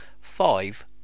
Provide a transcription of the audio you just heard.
five